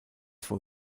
vor